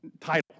title